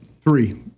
Three